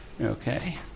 Okay